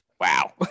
wow